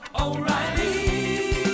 O'Reilly